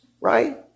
right